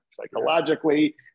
psychologically